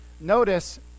Notice